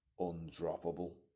undroppable